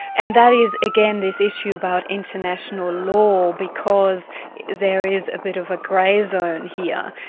and that is again, this issue about international law, because there is a bit of a grey zone here.